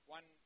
One